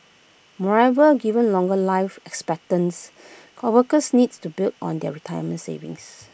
moreover given longer life expectancy workers need to build on their retirement savings